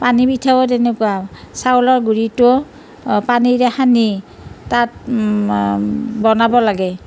পানী পিঠাও তেনেকুৱা চাইউলৰ গুড়িটো পানীৰে সানি তাত বনাব লাগে